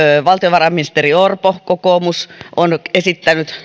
valtiovarainministeri orpo kokoomus on esittänyt